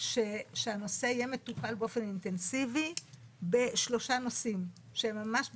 שהנושא יהיה מטופל באופן אינטנסיבי בשלושה נושאים שהם ממש בנפשנו.